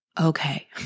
Okay